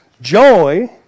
joy